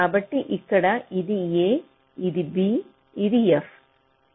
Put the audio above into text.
కాబట్టి ఇక్కడ ఇది A ఇది B మరియు ఇది f